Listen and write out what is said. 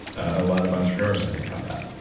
a lot of entrepreneurs, i think, have that.